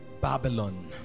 Babylon